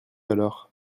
alors